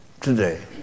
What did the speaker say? today